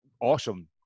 awesome